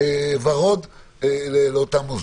ורוד לאותם מוסדות.